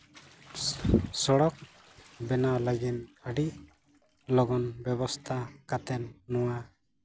ᱥᱚᱲᱚᱠ ᱵᱮᱱᱟᱣ ᱞᱟᱹᱜᱤᱫ ᱟᱹᱰᱤ ᱞᱚᱜᱚᱱ ᱵᱮᱵᱚᱥᱛᱷᱟ ᱠᱟᱛᱮᱫ ᱱᱚᱣᱟ